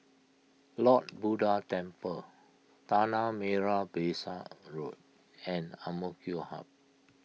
Lord Buddha Temple Tanah Merah Besar Road and Amk Hub